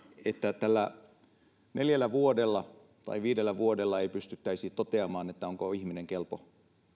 että neljässä vuodessa tai viidessä vuodessa ei pystyttäisi toteamaan onko ihminen kelpo jäämään